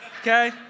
okay